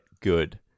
good